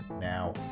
now